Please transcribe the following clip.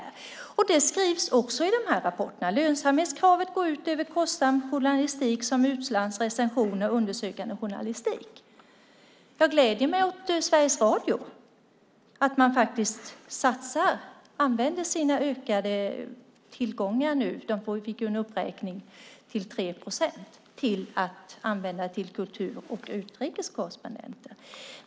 Det framgår också i rapporten att lönsamhetskravet går ut över kostsam journalistik, till exempel utlandsbevakning, recensioner och undersökande journalistik. Jag gläder mig åt att Sveriges Radio använder sina ökade tillgångar. Sveriges Radio har fått en uppräkning med 3 procent, och det används till kultur och utrikeskorrespondenter.